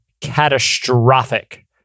catastrophic